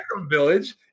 village